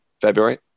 February